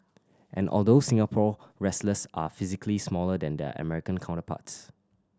and although Singapore wrestlers are physically smaller than their American counterparts